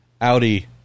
audi